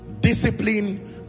Discipline